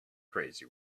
crazy